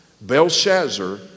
Belshazzar